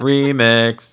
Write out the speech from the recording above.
Remix